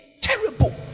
terrible